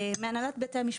מהנהלת בתי המשפט,